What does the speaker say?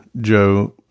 Joe